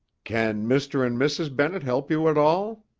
can mr. and mrs. bennett help you at all?